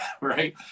right